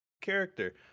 character